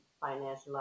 financial